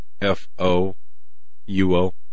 F-O-U-O